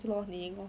lol 你赢 lor